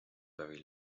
very